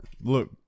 Look